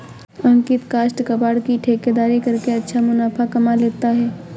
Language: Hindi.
अंकित काष्ठ कबाड़ की ठेकेदारी करके अच्छा मुनाफा कमा लेता है